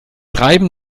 reiben